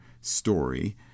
story